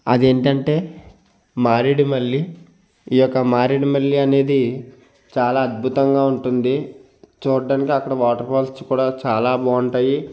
అదేంటంటే మారేడుమల్లి ఈ యొక్క మారేడు మల్లి అనేది చాలా అద్భుతంగా ఉంటుంది చూడడానికి అక్కడ వాటర్ ఫాల్స్ కూడా చాలా బాగుంటాయి